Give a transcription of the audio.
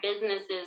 businesses